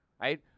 right